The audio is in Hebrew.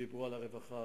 דיברו על הרווחה,